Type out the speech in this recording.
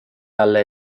talle